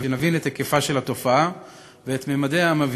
כמה נתונים סטטיסטיים כדי שנבין את היקפה של התופעה ואת ממדיה המבהילים,